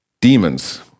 demons